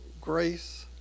grace